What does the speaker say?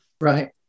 Right